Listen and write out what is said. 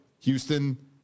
Houston